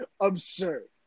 absurd